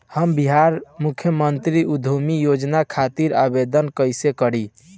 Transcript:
हम बिहार मुख्यमंत्री उद्यमी योजना खातिर आवेदन कईसे करी?